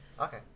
Okay